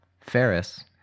Ferris